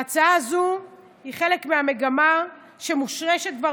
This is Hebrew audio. ההצעה הזו היא חלק מהמגמה שמושרשת כבר